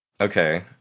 Okay